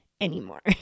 anymore